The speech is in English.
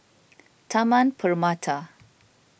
Taman Permata